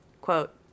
quote